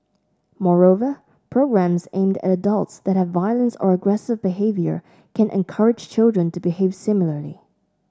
moreover programmes aimed at adults that have violence or aggressive behaviour can encourage children to behave similarly